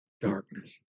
darkness